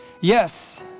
Yes